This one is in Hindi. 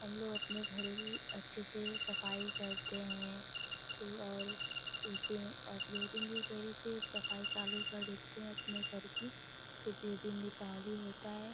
हमलोग अपने घरों की अच्छे से सफ़ाई करते हैं सुबह और उस दिन दो तीन दिन पहले से ही अब सफ़ाई चालू कर देते हैं अपने घर की फिर जिस दिन दीपावली होती है